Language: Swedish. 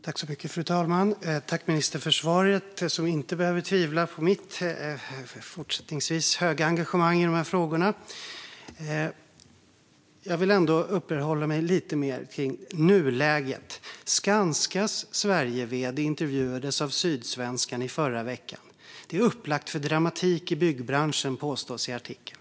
Fru talman! Jag tackar ministern för svaret. Han behöver inte tvivla på mitt även fortsättningsvis stora engagemang i dessa frågor. Jag vill ändå uppehålla mig lite mer vid nuläget. Skanska Sveriges vd intervjuades av Svenska Dagbladet i förra veckan. "Det är upplagt för dramatik i byggbranschen", påstås det i artikeln.